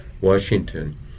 Washington